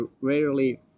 rarely